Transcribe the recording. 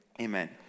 Amen